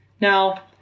Now